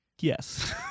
Yes